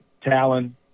Talon